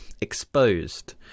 exposed